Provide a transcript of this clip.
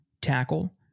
tackle